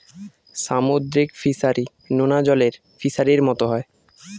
সামুদ্রিক ফিসারী, নোনা জলের ফিসারির মতো হয়